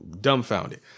dumbfounded